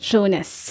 Jonas